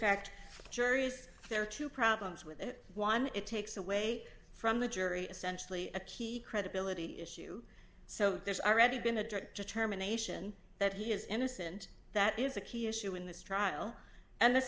fact juries there are two problems with that one it takes away from the jury essentially a key credibility issue so there's already been a direct determination that he is innocent that is a key issue in this trial and the